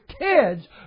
kids